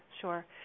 sure